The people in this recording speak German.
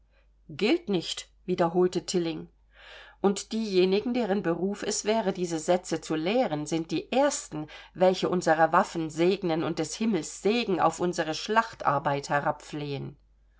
gilt nicht wiederholte tilling und diejenigen deren beruf es wäre diese sätze zu lehren sind die ersten welche unsere waffen segnen und des himmels segen auf unsere